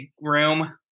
room